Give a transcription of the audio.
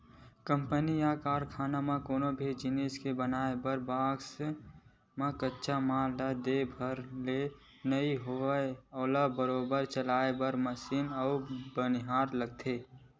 company या कारखाना म कोनो भी जिनिस के बनाय बर बस कच्चा माल ला दे भर ले नइ होवय ओला बरोबर चलाय बर मसीन अउ बनिहार लगथे